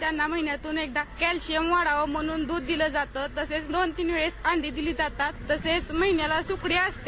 त्यांना महिन्यातून एकदा कॅलशियम वाढावं म्हणून दूध दिलं जातं तसंच दोन ते तीन वेळेला अंडी दिली जातात तसंच महिन्याला सुकडी असते